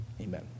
amen